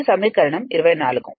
ఇది సమీకరణం 24